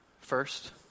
First